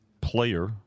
player